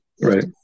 right